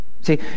See